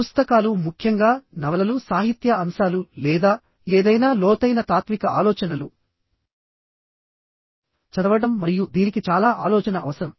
పుస్తకాలు ముఖ్యంగా నవలలు సాహిత్య అంశాలు లేదా ఏదైనా లోతైన తాత్విక ఆలోచనలు చదవడం మరియు దీనికి చాలా ఆలోచన అవసరం